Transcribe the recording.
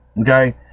okay